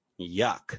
yuck